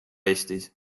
eestis